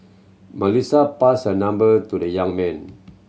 Melissa passed a number to the young man